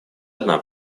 одна